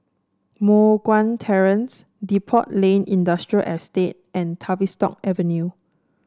Moh Guan Terrace Depot Lane Industrial Estate and Tavistock Avenue